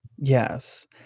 Yes